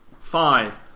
five